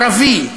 ערבי,